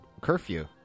curfew